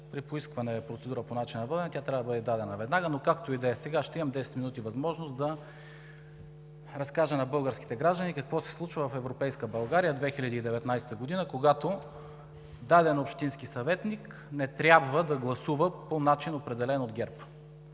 при поискване на процедура по начина на водене, тя трябва да бъде дадена веднага, но както и да е. Сега ще имам 10 минути възможност да разкажа на българските граждани какво се случва в европейска България в 2019 г., когато даден общински съветник не трябва да гласува по начин, определен от ГЕРБ.